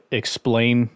explain